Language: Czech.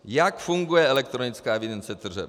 Jak funguje elektronická evidence tržeb?